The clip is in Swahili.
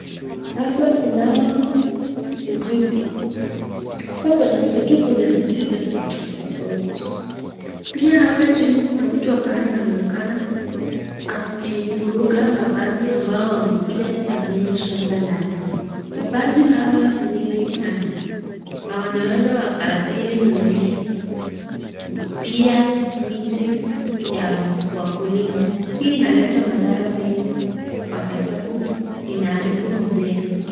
Hapa kunao msitu huku kwenye msitu kuna miti tofauti tofauti pia hapa chini Kuna mtu ambaye anaonekana akifurika mapanzi ambao wamekuja kufahamia shamba lake, mapanzi hawa ni wengi sana na wanaweza wakahadiri mimea pia miti ya wakulima hii inaleta madhara mengi kwa sababu inaharibu mimea.